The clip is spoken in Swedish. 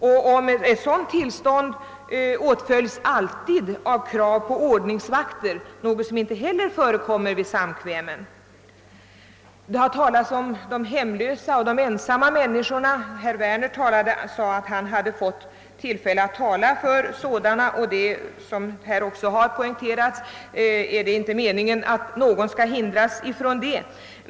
Något sådant tillstånd behövs inte för ett enskilt samkväm och inte heller några ordningsvakter. Vidare har det här talats om de ensamma och hemlösa. Herr Werner sade att han hade haft tillfälle att tala inför sådana människor, och det är ju inte meningen att någon skall förhindras att göra det.